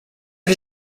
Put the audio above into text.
his